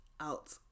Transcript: out